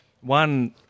one